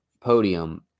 podium